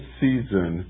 season